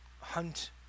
hunt